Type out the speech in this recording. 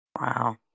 Wow